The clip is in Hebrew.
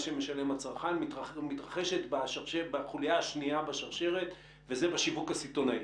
שמשלם הצרכן מתרחשת בחוליה השנייה בשרשרת וזה בשיווק הסיטונאי.